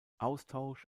austausch